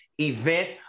event